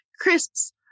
crisps